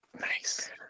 Nice